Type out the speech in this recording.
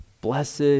Blessed